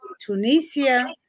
Tunisia